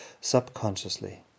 subconsciously